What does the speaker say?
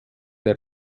der